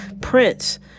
prince